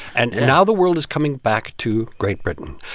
and and now the world is coming back to great britain.